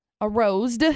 arose